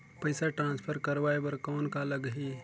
पइसा ट्रांसफर करवाय बर कौन का लगही?